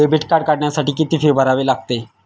Debit card काढण्यासाठी किती fee भरावी लागते?